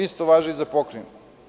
Isto važi i za Pokrajinu.